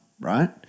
right